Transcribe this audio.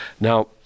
Now